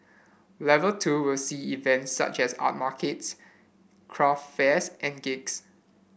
level two will see events such as art markets craft fairs and gigs